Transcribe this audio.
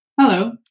Hello